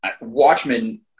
Watchmen